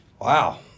Wow